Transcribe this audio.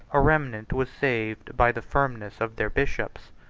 a remnant was saved by the firmness of their bishops,